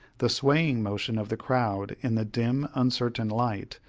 the swaying motion of the crowd, in the dim uncertain light,